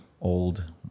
old